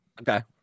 Okay